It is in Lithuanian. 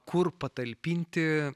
kur patalpinti